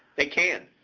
they can.